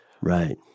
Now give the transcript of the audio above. Right